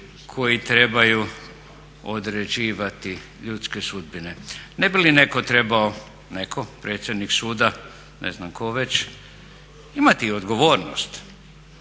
koji trebaju određivati ljudske sudbine? Ne bi li netko trebao, neko, predsjednik suda, ne znam ko već imati odgovornost?